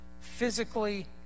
physically